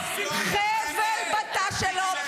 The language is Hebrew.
חבל בתא שלו.